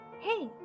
hey